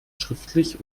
schriftlich